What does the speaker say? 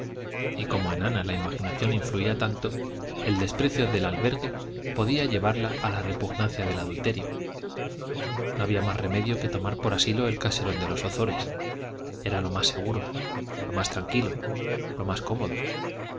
y como en ana la imaginación influía tanto el desprecio del albergue podía llevarla a la repugnancia del adulterio no había más remedio que tomar por asilo el caserón de los ozores era lo más seguro lo más tranquilo lo más cómodo